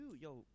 Yo